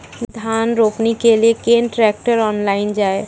धान रोपनी के लिए केन ट्रैक्टर ऑनलाइन जाए?